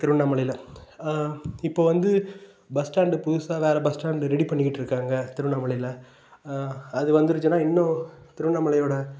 திருவண்ணாமலையில் இப்போது வந்து பஸ் ஸ்டாண்டு புதுசாக வேற பஸ் ஸ்டாண்டு ரெடி பண்ணிக்கிட்டு இருக்காங்க திருவண்ணாமலையில் அது வந்துருச்சின்னால் இன்னும் திருவண்ணமலையோடய